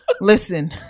listen